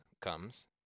comes